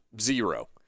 Zero